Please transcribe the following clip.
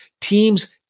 Teams